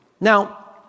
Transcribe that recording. Now